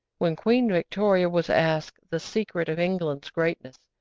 when queen victoria was asked the secret of england's greatness,